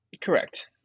Correct